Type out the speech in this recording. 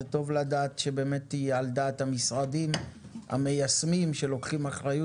טוב לדעת שהיא באמת על דעת המשרדים המיישמים שלוקחים אחריות